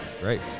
great